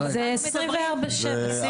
זה 24/7, סימון.